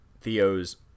Theo's